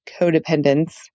codependence